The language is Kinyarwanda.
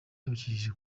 abicishije